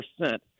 percent